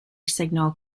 signal